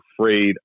afraid